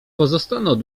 pozostaną